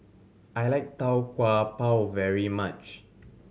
I like Tau Kwa Pau very much